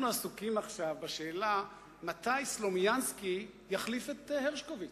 אנחנו עסוקים עכשיו בשאלה מתי סלומינסקי יחליף את הרשקוביץ,